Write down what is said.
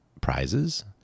prizes